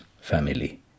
family